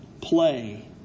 play